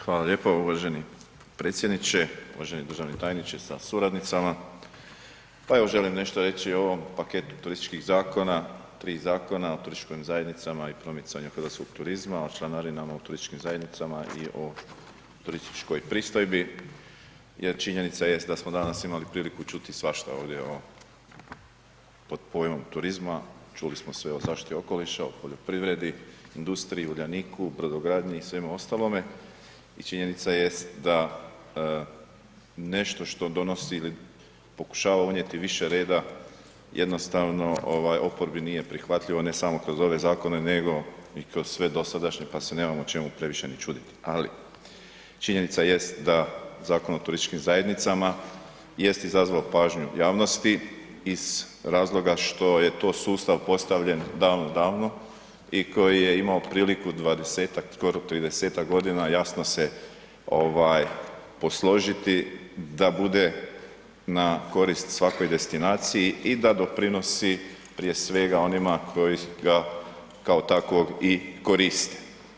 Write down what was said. Hvala lijepo uvaženi predsjedniče, uvaženi državni tajniče sa suradnicama, pa evo želim nešto reći o ovom paketu turističkih zakona, 3 Zakona o turističkim zajednicama i promicanju hrvatskog turizma, o članarinama u turističkim zajednicama i o turističkoj pristojbi jer činjenica jest da smo danas imali priliku čuti svašta ovdje, evo, pod pojmom turizma, čuli smo sve o zaštiti okoliša, o poljoprivredi, industriji, Uljaniku, brodogradnji i svemu ostalome i činjenica jest da nešto što donosi ili pokušava unijeti više reda jednostavno oporbi nije prihvatljivo, ne samo kroz ove zakone, nego i kroz sve dosadašnje, pa se nemamo čemu previše ni čuditi, ali činjenica jest da Zakon o turističkim zajednicama jest izazvao pažnju javnosti iz razloga što je to sustav postavljen davno, davno i koji je imao priliku 20-tak, skoro 30-tak godina jasno se posložiti da bude na korist svakoj destinaciji i da doprinosi prije svega onima koji ga kao takvog i koriste.